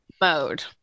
mode